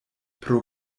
pro